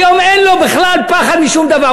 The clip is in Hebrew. היום אין לו בכלל פחד משום דבר.